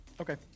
Okay